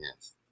Yes